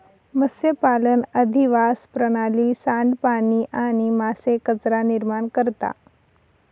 मत्स्यपालन अधिवास प्रणाली, सांडपाणी आणि मासे कचरा निर्माण करता